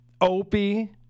Opie